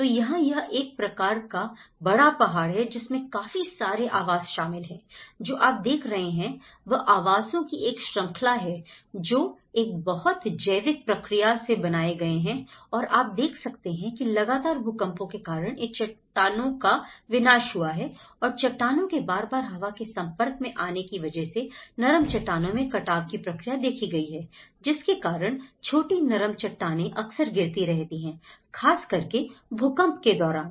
तो यहाँ यह एक प्रकार का बड़ा पहाड़ है जिसमें काफी सारे आवास शामिल है जो आप देख रहे हैं वह आवासों की एक श्रृंखला है जो एक बहुत जैविक प्रक्रिया से बनाए गए हैं और आप देख सकते हैं कि लगातार भूकंपों के कारण इन चट्टानों का विनाश हुआ है और चट्टानों के बार बार हवा के संपर्क में आने की वजह से नरम चट्टानों में कटाव की प्रक्रिया देखी गई है जिसके कारण छोटी नरम चटाने अक्सर गिरती रहती हैं खास करके भूकंप के दौरान